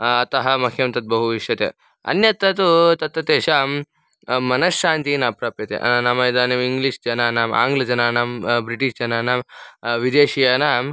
अतः मह्यं तद् बहु इष्यते अन्यत्र तु तत्र तेषां मनश्शान्तिः न प्राप्यते नाम इदानीम् इङ्ग्लिश् जनानाम् आङ्ग्लजनानां ब्रिटिश् जनानां विदेशीयानां